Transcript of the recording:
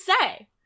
say